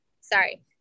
Sorry